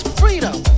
freedom